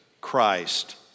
Christ